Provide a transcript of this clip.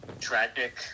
tragic